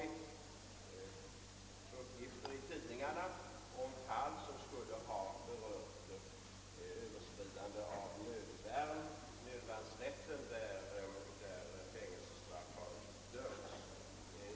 Jag tror att utvecklingen i stort har gått i en riktning som inte var avsedd när brottsbalken skrevs.